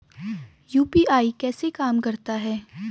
UPI कैसे काम करता है?